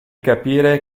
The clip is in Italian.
capire